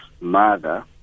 mother